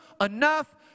enough